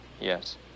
Yes